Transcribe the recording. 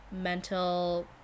mental